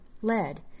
lead